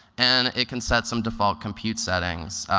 and it can set some default compute settings.